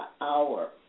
hour